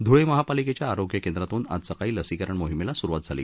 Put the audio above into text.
धळे महापालिकेच्या आरोग्य केंद्रातून आज सकाळी लसीकरण मोहीमेला सरुवात झाली